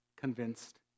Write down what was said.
convinced